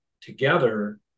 together